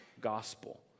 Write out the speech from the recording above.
gospel